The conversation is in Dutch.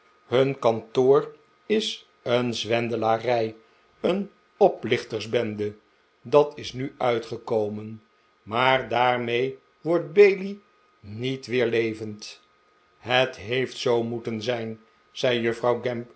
hun kantoor is een zwendelarij een oplichtersbende dat is nu uitgekomen maar daarmee wordt bailey niet weer levend het heeft zoo moeten zijn zei juffrouw